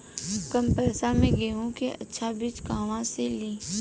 कम पैसा में गेहूं के अच्छा बिज कहवा से ली?